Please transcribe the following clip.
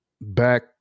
back